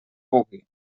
pugui